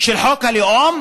של חוק הלאום,